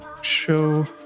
show